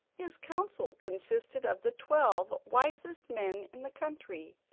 his council consisted of the twelve wisest men in the country,